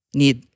need